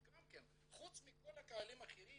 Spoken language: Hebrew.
חוץ מכל הקהלים האחרים